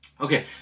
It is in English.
Okay